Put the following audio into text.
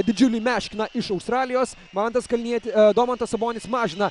didžiulį meškiną iš australijos mantas kalnieti domantas sabonis mažina